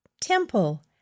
Temple